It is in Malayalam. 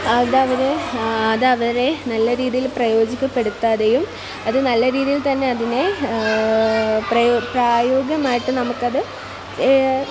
അത് അവർ അത് അവരെ നല്ല രീതിയിൽ പ്രയോജിക്കപ്പെടുത്താതെയും അത് നല്ല രീതിയിൽ തന്നെ അതിനെ പ്രായോഗികമായിട്ട് നമ്മൾക്ക് അത്